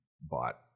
bought